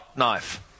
Knife